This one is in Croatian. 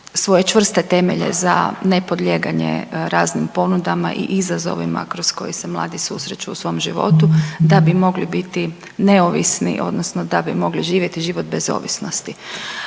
svoje čvrste temelje za ne podlijeganje raznim ponudama i izazovima kroz koji se mladi susreću u svom životu da bi mogli biti neovisni odnosno da bi mogli živjeti život bez ovisnosti.